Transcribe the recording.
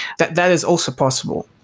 that that is also possible.